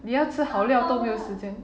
你要吃好料都没有时间